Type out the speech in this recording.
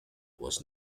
was